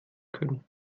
können